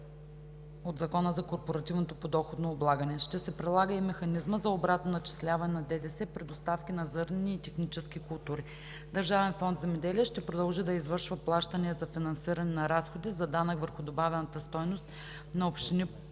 от Закона за корпоративното подоходно облагане. Ще се прилага и механизмът за обратно начисляване на ДДС при доставки на зърнени и технически култури. Държавен фонд „Земеделие“ ще продължи да извършва плащания за финансиране на разходи за данък върху добавената стойност на общини по